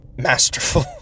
masterful